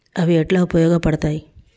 అవి ఎట్లా ఉపయోగ పడతాయి?